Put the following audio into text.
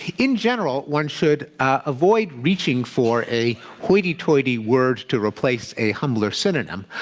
in general, one should avoid reaching for a hoity-toity word to replace a humbler synonym.